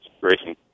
racing